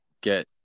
get